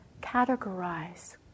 categorize